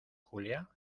julia